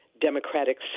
democratic